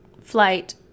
flight